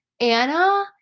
Anna –